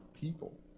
people